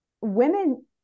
women